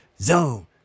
zone